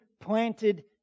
planted